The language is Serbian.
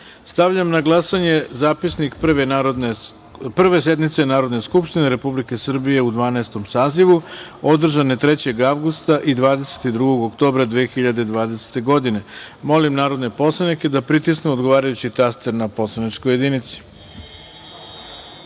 na glasanje zapisnik Prve sednice Narodne skupštine Republike Srbije u Dvanaestom sazivu, održane 3. avgusta i 22. oktobra 2020. godine. Molim narodne poslanike da pritisnu odgovarajući taster na poslaničkoj